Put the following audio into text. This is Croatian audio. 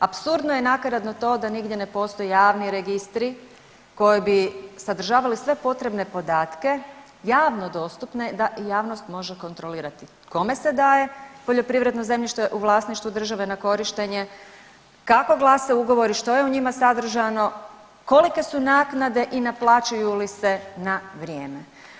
Apsurdno je i nakaradno to da nigdje ne postoji javni registri koji bi sadržavali sve potrebne podatke javno dostupne da i javnost može kontrolirati kome se daje poljoprivredno zemljište u vlasništvu države na korištenje, kako glase ugovori, što je u njima sadržano, kolike su naknade i naplaćuju li se na vrijeme.